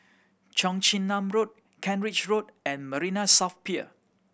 Cheong Chin Nam Road Kent Ridge Road and Marina South Pier